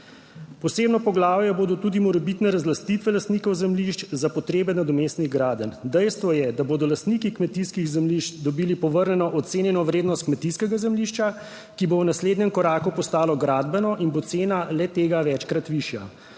Posebno poglavje bodo tudi morebitne razlastitve lastnikov zemljišč za potrebe nadomestnih gradenj. Dejstvo je, da bodo lastniki kmetijskih zemljišč dobili povrnjeno ocenjeno vrednost kmetijskega zemljišča, ki bo v naslednjem koraku postalo gradbeno in bo cena le tega večkrat višja.